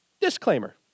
disclaimer